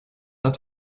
not